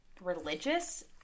religious